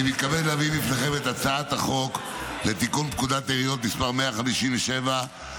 אני מתכבד להביא בפניכם את הצעת חוק לתיקון פקודת העיריות (מס' 157),